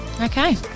Okay